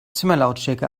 zimmerlautstärke